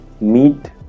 meat